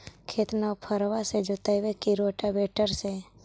खेत नौफरबा से जोतइबै की रोटावेटर से?